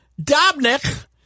Dobnik